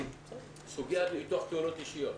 בסוגיית ביטוח תאונות אישיות.